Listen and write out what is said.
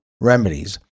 remedies